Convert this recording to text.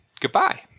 Goodbye